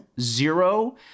zero